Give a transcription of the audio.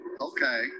Okay